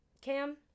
Cam